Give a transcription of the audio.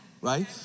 Right